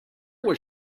was